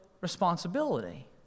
responsibility